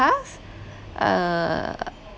past uh